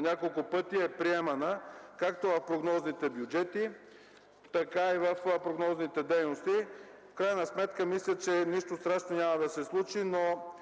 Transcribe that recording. няколко пъти е приемана както в прогнозните бюджети, така и в прогнозните дейности. В крайна сметка, мисля, че нищо страшно няма да се случи, но